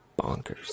Bonkers